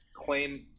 claim